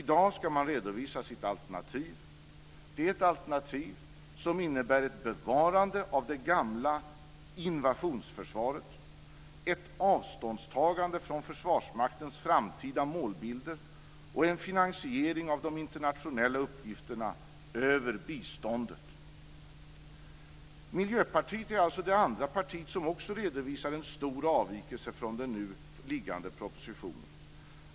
I dag ska man redovisa sitt alternativ - ett alternativ som innebär ett bevarande av det gamla invasionsförsvaret, ett avståndstagande från Försvarsmaktens framtida målbilder och en finansiering av de internationella uppgifterna över biståndet. Miljöpartiet är alltså det andra partiet som också redovisar en stor avvikelse från den nu liggande propositionen.